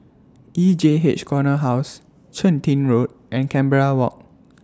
E J H Corner House Chun Tin Road and Canberra Walk